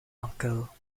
uncle